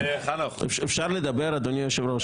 הייתה ------ אפשר לדבר, אדוני היושב-ראש?